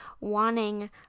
wanting